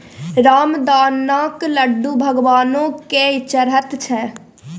रामदानाक लड्डू भगवानो केँ चढ़ैत छै